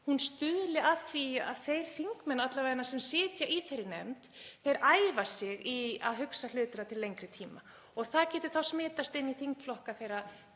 stuðli að því að þeir þingmenn alla vega sem sitja í þeirri nefnd æfi sig í að hugsa hlutina til lengri tíma og það getur smitast inn í þingflokka þeirra